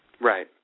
Right